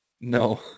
No